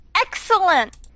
Excellent